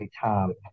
time